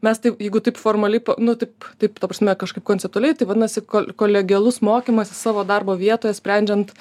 mes taip jeigu taip formaliai pa nu taip taip ta prasme kažkaip konceptualiai tai vadinasi kol kolegialus mokymasis savo darbo vietoje sprendžiant